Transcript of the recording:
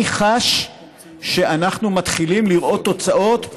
אני חש שאנחנו מתחילים לראות תוצאות,